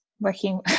working